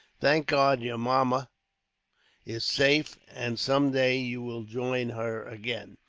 thank god your mamma is safe, and some day you will join her again.